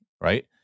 right